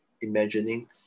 imagining